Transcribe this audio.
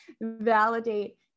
validate